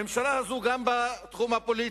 הממשלה הזאת, גם בתחום הפוליטי,